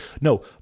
No